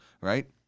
right